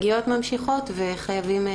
מתי תסתיים העבודה בנוהל הזה ויופץ משהו